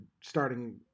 starting